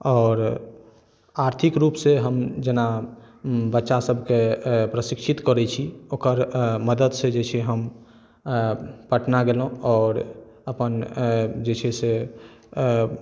आओर आर्थिक रूपसँ हम जेना बच्चा सभके प्रशिक्षित करै छी ओकर मदतिसँ जे छै हम पटना गेलहुँ आओर अपन जे छै से